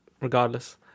regardless